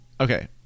Okay